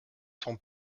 sont